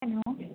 hello